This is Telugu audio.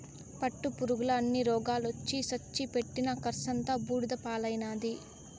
పట్టుపురుగుల అన్ని రోగాలొచ్చి సచ్చి పెట్టిన కర్సంతా బూడిద పాలైనాది